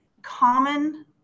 Common